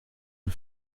een